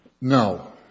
no